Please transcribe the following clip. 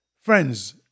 Friends